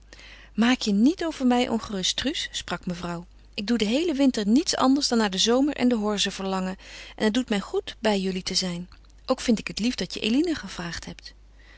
maak je niet over mij ongerust truus sprak mevrouw ik doe den heelen winter niets anders dan naar den zomer en de horze verlangen en het doet mij goed bij jullie te zijn ook vind ik het lief dat je eline gevraagd hebt